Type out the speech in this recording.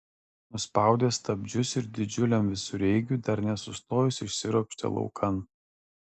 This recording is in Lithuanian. nuspaudė stabdžius ir didžiuliam visureigiui dar nesustojus išsiropštė laukan